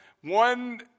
one